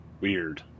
Weird